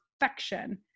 perfection